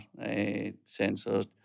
sensors